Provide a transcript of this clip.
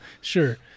sure